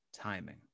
timing